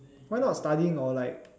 why not studying or like